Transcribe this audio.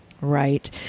Right